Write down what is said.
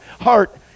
heart